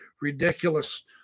ridiculous